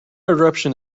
eruption